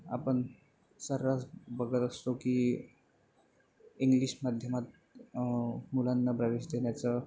आपण सर्रास बघत असतो की इंग्लिश माध्यमात मुलांना प्रवेश देण्याचं